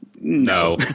no